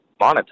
monetize